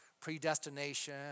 predestination